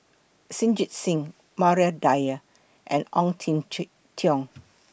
Jita Singh Maria Dyer and Ong Jin Teong